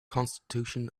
constitution